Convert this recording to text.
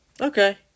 Okay